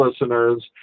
listeners